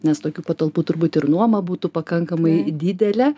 nes tokių patalpų turbūt ir nuoma būtų pakankamai didelė